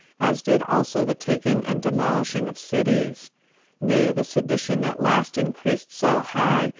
as did also the taking and demolishing of cities nay, the sedition at last increased so high,